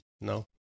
no